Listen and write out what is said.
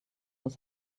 was